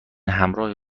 همراهی